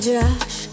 Josh